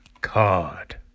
card